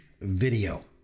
Video